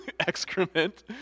excrement